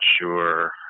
sure